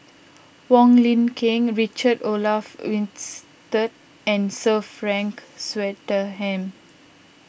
Wong Lin Ken Richard Olaf Winstedt and Sir Frank Swettenham